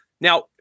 Now